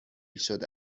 شده